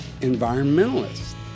environmentalists